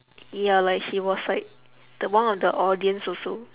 ya like he was like the one of the audience also